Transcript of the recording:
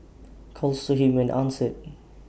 calls to him went answered